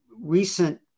recent